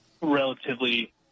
relatively –